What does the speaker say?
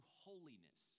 holiness